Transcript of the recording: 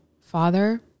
father